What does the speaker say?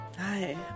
Hi